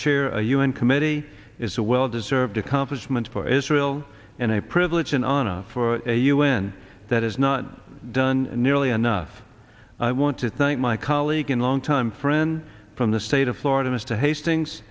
chair a un committee is a well deserved accomplishment for israel and a privilege an honor for a u n that has not done nearly enough i want to thank my colleague and longtime friend from the state of florida mr hastings